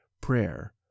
prayer